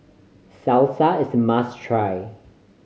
salsa is a must try